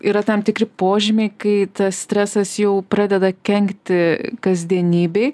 yra tam tikri požymiai kai tas stresas jau pradeda kenkti kasdienybėj